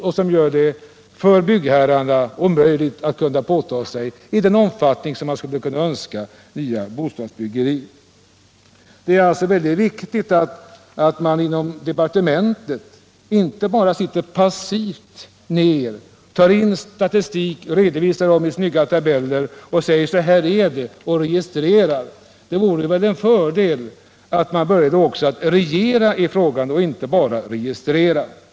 Detta gör det omöjligt för byggherrarna att i den omfattning som man skulle önska påta sig nya uppgifter inom bostadsbyggandet. Det är alltså mycket viktigt att man inte inom departementet bara passivt tar in statistiska uppgifter och registrerar dem i snygga tabeller. Det vore en fördel om den började regera och inte bara registrerade på området.